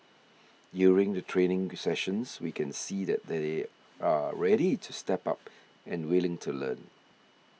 during the training sessions we can see that they're ready to step up and willing to learn